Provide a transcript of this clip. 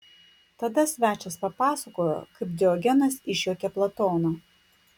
tada svečias papasakojo kaip diogenas išjuokė platoną